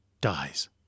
dies